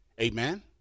Amen